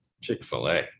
Chick-fil-A